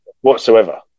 whatsoever